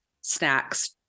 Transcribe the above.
snacks